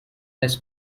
less